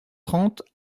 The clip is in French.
trente